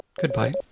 Goodbye